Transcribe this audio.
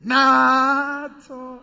Nato